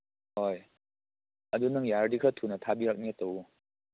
ꯍꯣꯏ ꯑꯗꯨ ꯅꯪ ꯌꯥꯔꯗꯤ ꯈꯔ ꯊꯨꯅ ꯊꯥꯕꯤꯔꯛꯅꯤꯉꯥꯏ ꯇꯧꯋꯣ